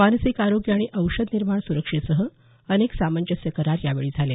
मानसिक आरोग्य आणि औषधनिर्माण सुरक्षेसह अनेक सामंजस्य करार यावेळी झाले